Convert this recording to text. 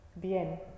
bien